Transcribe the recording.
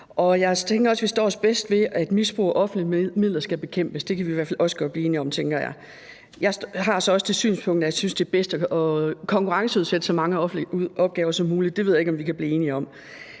vi står os bedst ved at sikre, at misbrug af offentlige midler skal bekæmpes. Det kan vi i hvert fald også godt blive enige om, tænker jeg. Jeg har så også det synspunkt, at det er bedst at konkurrenceudsætte så mange offentlige opgaver som muligt. Det ved jeg ikke om vi kan blive enige om.